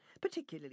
particularly